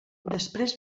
després